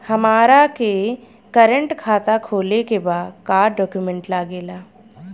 हमारा के करेंट खाता खोले के बा का डॉक्यूमेंट लागेला?